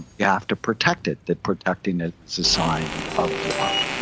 you have to protect it. that protecting it is a sign of love.